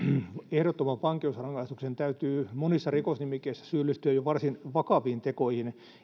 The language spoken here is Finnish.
ehdottoman vankeusrangaistuksen täytyy monissa rikosnimikkeissä syyllistyä jo varsin vakaviin tekoihin